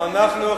מהי המדיניות?